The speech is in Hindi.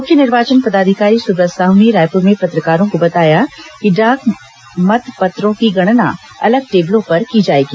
मुख्य निर्वाचन पदाधिकारी सुब्रत साहू ने रायपुर में पत्रकारों को बताया कि डाकमत पत्रों की गणना अलग टेबलों पर की जाएगी